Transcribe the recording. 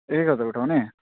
एक एक हजार उठाउने